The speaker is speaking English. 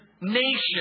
nation